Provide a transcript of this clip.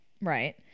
right